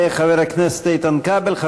תודה לחבר הכנסת איתן כבל.